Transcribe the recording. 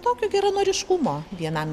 tokio geranoriškumo vienam